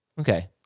Okay